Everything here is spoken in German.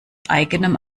eigenem